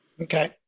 Okay